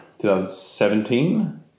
2017